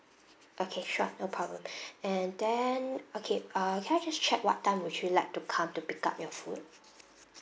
okay sure no problem and then okay uh can I just check what time would you like to come to pick up your food